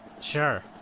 Sure